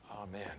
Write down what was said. amen